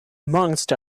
amongst